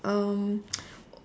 um